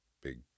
big